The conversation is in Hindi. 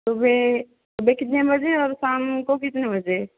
सुबह सुबह कितने बजे और शाम को कितने बजे